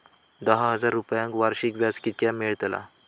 दहा हजार रुपयांक वर्षाक व्याज कितक्या मेलताला?